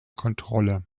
kontrolle